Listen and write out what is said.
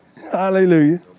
Hallelujah